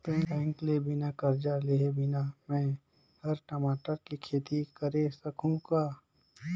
bank ले बिना करजा लेहे बिना में हर टमाटर के खेती करे सकहुँ गा